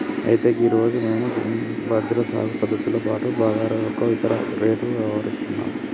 అయితే గీ రోజు మేము బజ్రా సాగు పద్ధతులతో పాటు బాదరా యొక్క ఇత్తన రేటు ఇవరిస్తాము